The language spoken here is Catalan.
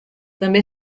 també